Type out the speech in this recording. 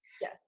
Yes